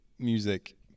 music